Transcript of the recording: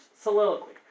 Soliloquy